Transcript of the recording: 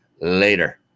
later